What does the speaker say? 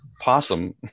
possum